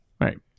Right